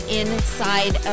inside